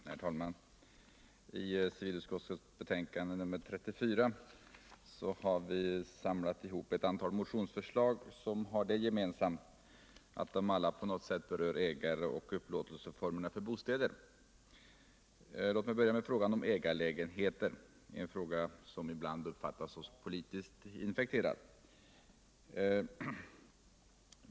Herr talman! I civilutskottets betänkande nr 34 har vi samlat ihop ett antal motionsförslag som har det gemensamt att de alla på något sätt berör ägaroch upplåtelseformer för bostäder. Låt mig börja med frågan om ägarlägenheter — en fråga som ibland uppfattas som politiskt infekterad.